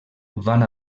van